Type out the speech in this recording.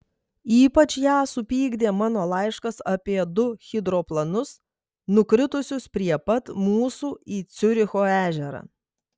ypač ją supykdė mano laiškas apie du hidroplanus nukritusius prie pat mūsų į ciuricho ežerą